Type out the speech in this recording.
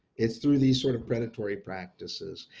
it's through these sort of predatory practices,